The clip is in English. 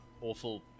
awful